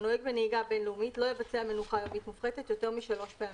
הנוהג בנהיגה בין-לאומית לא יבצע מנוחה יומית מופחתת יותר משלוש פעמים.